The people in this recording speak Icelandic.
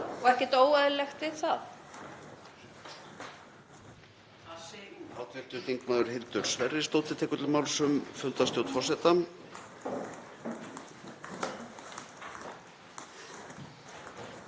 og ekkert óeðlilegt við það.